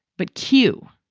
but que.